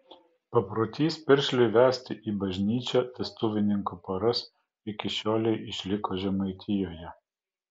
paprotys piršliui vesti į bažnyčią vestuvininkų poras iki šiolei išliko žemaitijoje